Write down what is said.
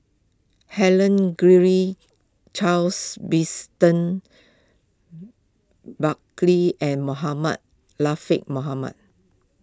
Helen Charles Buckley and Mohamed Latiff Mohamed